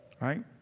right